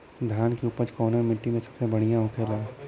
धान की उपज कवने मिट्टी में सबसे बढ़ियां होखेला?